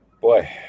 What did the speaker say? Boy